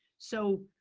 so